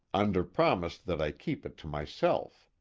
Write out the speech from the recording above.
under promise that i keep it to myself.